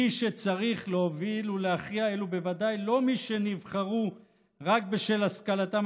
מי שצריך להוביל ולהכריע אלו בוודאי לא מי שנבחרו רק בשל השכלתם